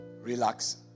Relax